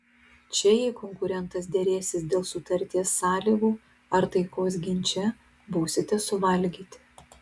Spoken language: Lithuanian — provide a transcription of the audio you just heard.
čia jei konkurentas derėsis dėl sutarties sąlygų ar taikos ginče būsite suvalgyti